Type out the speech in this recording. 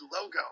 logo